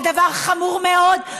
זה דבר חמור מאוד,